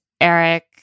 Eric